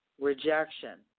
rejection